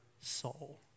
soul